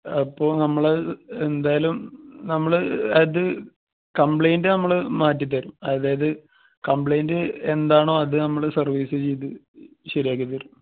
അപ്പോൾ നമ്മൾ എന്തായാലും നമ്മൾ അത് കംപ്ലൈൻറ് നമ്മൾ മാറ്റി തരും അതായത് കംപ്ലൈയിൻറ് എന്താണോ അത് നമ്മൾ സർവീസ് ചെയ്ത് ശരിയാക്കി തരും